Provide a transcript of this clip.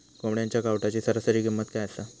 कोंबड्यांच्या कावटाची सरासरी किंमत काय असा?